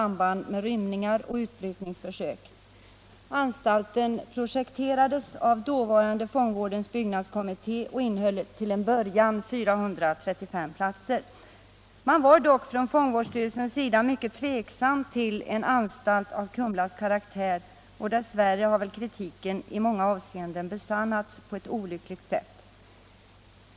Man var dock från fångvårdsstyrelsens sida mycket tveksam till en anstalt av Kumlas karaktär, och dess värre har kritiken i många avscenden besannats på ett olyckligt sätt.